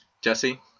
Jesse